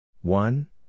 one